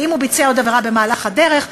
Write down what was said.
כי אם הוא ביצע עוד עבירה במהלך הדרך,